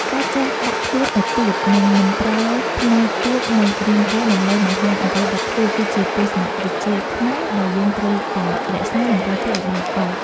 ការចេះដាក់ខ្លួនឱ្យទាប និង មិនប្រើផ្នែកទាបនៃរាងកាយដើម្បីបង្ហាញអ្វីដែលខ្ពស់គឺជាទស្សនៈវិជ្ជាខ្មែរដែលយើងត្រូវតែរក្សានិងការពារឱ្យបានល្អ។